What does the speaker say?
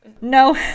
No